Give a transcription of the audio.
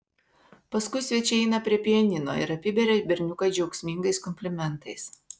paskui svečiai eina prie pianino ir apiberia berniuką džiaugsmingais komplimentais